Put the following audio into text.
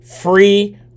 free